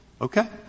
Okay